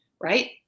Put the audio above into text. right